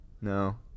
no